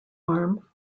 farm